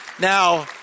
Now